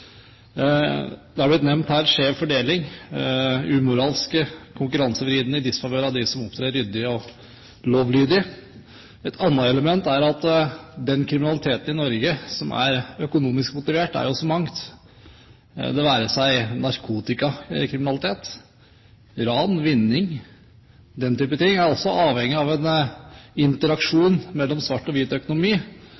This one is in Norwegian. Det er blitt nevnt her skjev fordeling – umoralsk, konkurransevridende og i disfavør for dem som opptrer ryddig og lovlydig. Et annet element er at den kriminaliteten i Norge som er økonomisk motivert, er så mangt, det være seg narkotikakriminalitet, ran eller vinning. Den typen ting er også avhengig av en